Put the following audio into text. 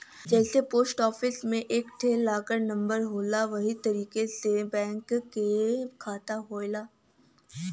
जइसे post office मे एक ठे लाकर नम्बर होला वही तरीके से बैंक के खाता होला